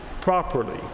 properly